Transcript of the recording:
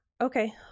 Okay